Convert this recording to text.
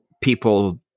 people